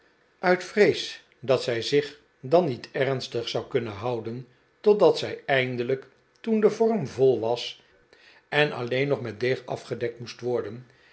uit vrees dat zij zich dan niet ernstig zou kunnen houden totdat zij eindelijk toen de vorm vol was en alleen nog met deeg afgedekt moest worden